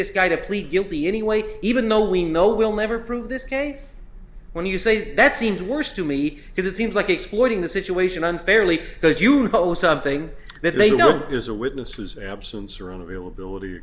this guy to plead guilty anyway even though we know we'll never prove this case when you say that seems worse to me because it seems like exploiting the situation unfairly because you post something that they know is a witness whose absence or on a real ability